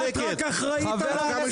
את רק אחראית על ה-...